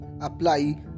apply